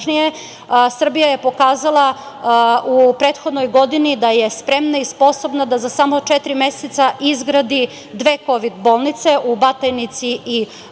Srbija je pokazala u prethodnoj godini da je spreman i sposobna da za samo četiri meseca izgradi dve kovid bolnice u Batajnici i Kruševcu.